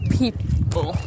people